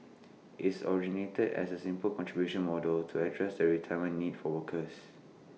its originated as A simple contributions model to address the retirement needs for workers